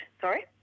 Sorry